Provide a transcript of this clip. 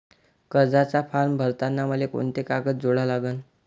कर्जाचा फारम भरताना मले कोंते कागद जोडा लागन?